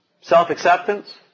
self-acceptance